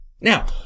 Now